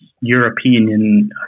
European